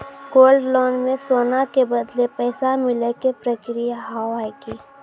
Gold loan मे सोना के बदले पैसा मिले के प्रक्रिया हाव है की?